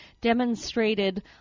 demonstrated